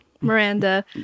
miranda